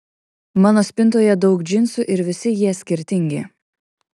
mano spintoje daug džinsų ir visi jie skirtingi